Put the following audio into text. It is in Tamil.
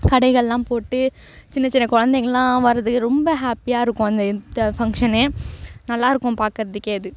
கடைகள்லாம் போட்டு சின்ன சின்ன குழந்தைகள்லாம் வர்றது ரொம்ப ஹாப்பியாக இருக்கும் அந்த இந்த ஃபங்க்ஷனு நல்லாயிருக்கும் பார்க்கறதுக்கே அது